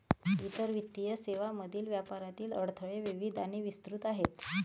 इतर वित्तीय सेवांमधील व्यापारातील अडथळे विविध आणि विस्तृत आहेत